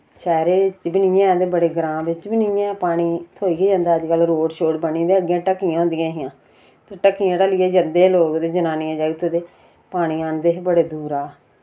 शैह्रे च बि नेईं ऐ ते बड़े ग्रां बिच बी नेईं ऐ पानी थोई गै जंदा अज्जकल रोड़ शोड़ बनी दे अग्गें ढक्कियां होंदियां हियां ते ढक्कियां ढलियै जन्दे हे लोक ते जनानियां जाकत ते पानी आह्ननदे हे बड़े दूरा